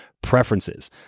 preferences